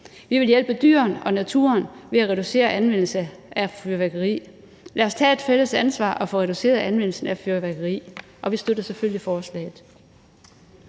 vi vil hjælpe dyrene og naturen ved at reducere anvendelsen af fyrværkeri. Lad os tage et fælles ansvar og få reduceret anvendelsen af fyrværkeri. Vi støtter selvfølgelig forslaget.